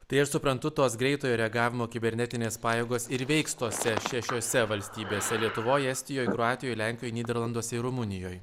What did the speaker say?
tai aš suprantu tos greitojo reagavimo kibernetinės pajėgos ir veiks tose šešiose valstybėse lietuvoj estijoj kroatijoj lenkijoj nyderlanduose ir rumunijoj